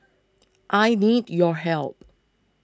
I need your help